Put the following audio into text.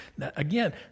Again